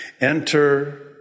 Enter